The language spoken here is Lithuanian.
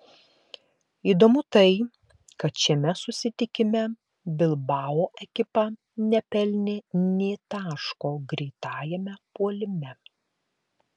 įdomu tai kad šiame susitikime bilbao ekipa nepelnė nė taško greitajame puolime